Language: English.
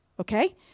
Okay